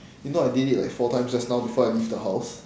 you know I did it like four times just now before I leave the house